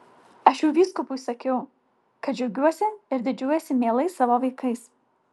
aš jau vyskupui sakiau kad džiaugiuosi ir didžiuojuosi mielais savo vaikais